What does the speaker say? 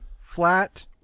flat